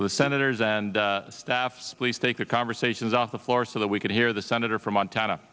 the senators and staffs please take your conversations off the floor so that we could hear the senator from montana